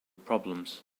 problems